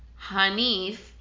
Hanif